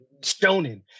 stoning